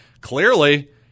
clearly